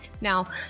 Now